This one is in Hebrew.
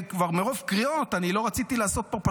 אבל מרוב קריאות לא רציתי לעשות פה,